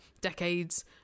decades